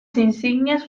insignias